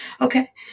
Okay